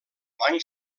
banc